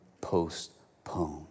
postponed